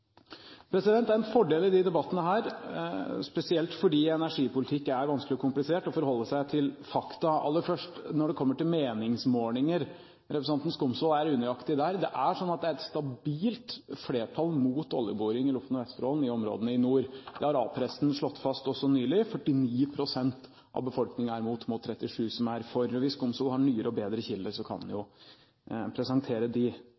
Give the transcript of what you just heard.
Det er en fordel i disse debattene, spesielt fordi energipolitikk er vanskelig og komplisert, å forholde seg til fakta. Aller først, når det kommer til meningsmålinger: Der er representanten Skumsvoll unøyaktig. Det er slik at det er et stabilt flertall mot oljeboring i Lofoten og Vesterålen i områdene i nord. Det har også A-pressen nylig slått fast – 49 pst. av befolkningen er imot, 37 pst. er for. Men hvis representanten Skumsvoll har nyere og bedre kilder, kan